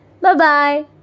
bye-bye